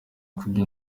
ukubye